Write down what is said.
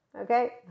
okay